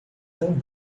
tão